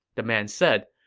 the man said,